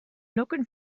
looking